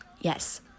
Yes